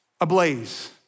ablaze